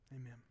Amen